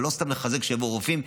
אבל לא סתם לחזק שיבואו רופאים,